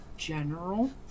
General